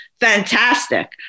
fantastic